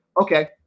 Okay